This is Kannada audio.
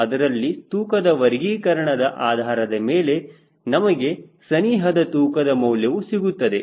ಅದರಲ್ಲಿ ತೂಕದ ವರ್ಗೀಕರಣದ ಆಧಾರದ ಮೇಲೆ ನಮಗೆ ಸನಿಹದ ತೂಕದ ಮೌಲ್ಯವು ಸಿಗುತ್ತದೆ